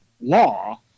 law